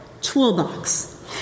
toolbox